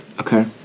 Okay